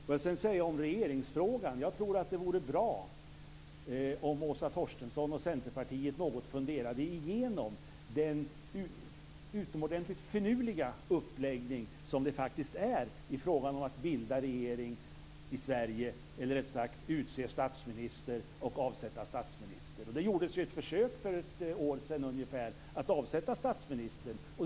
Om regeringsfrågan vill jag säga att jag tror att det vore bra om Åsa Torstensson och Centerpartiet något funderade igenom den utomordentligt finurliga uppläggning som finns i frågan om att bilda regering i Sverige eller, rättare sagt, utse och avsätta statsminister. Det gjordes ett försök för ungefär ett år sedan att avsätta statsministern.